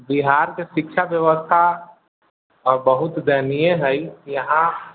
बिहारके शिक्षा व्यवस्था बहुत दयनीय हइ यहाँ